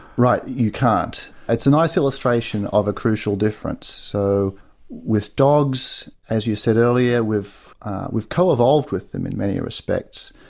right. you can't. it's a nice illustration of a crucial difference, so with dogs as you said earlier, we've co-evolved with them in many respects,